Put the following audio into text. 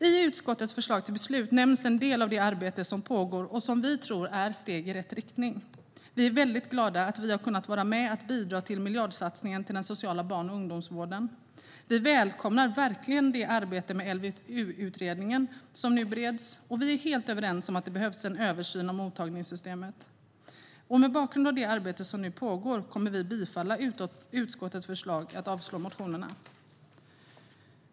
I utskottets förslag till beslut nämns en del av det arbete som pågår och som vi tror är steg i rätt riktning. Vi är väldigt glada att vi har kunnat vara med att bidra till miljardsatsningen på den sociala barn och ungdomsvården. Vi välkomnar verkligen det arbete med LVU-utredningen som nu bereds, och vi är helt överens om att det behövs en översyn av mottagningssystemet. Med bakgrund av det arbete som nu pågår kommer vi att yrka bifall till utskottets förslag och avslag på motionerna.